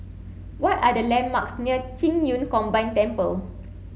what are the landmarks near Qing Yun Combined Temple